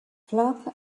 flock